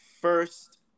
first